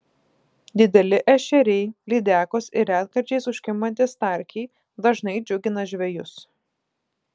dideli ešeriai lydekos ir retkarčiais užkimbantys starkiai dažnai džiugina žvejus